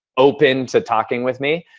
open to talking with me.